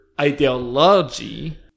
ideology